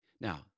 Now